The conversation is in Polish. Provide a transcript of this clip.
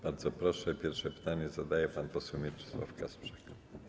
Bardzo proszę, pierwsze pytanie zadaje pan poseł Mieczysław Kasprzak.